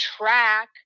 track